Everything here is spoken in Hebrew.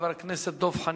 חבר הכנסת דב חנין.